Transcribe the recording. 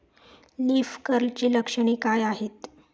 Leaf कर्लची लक्षणे काय आहेत?